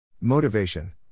Motivation